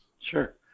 Sure